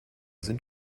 sind